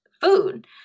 food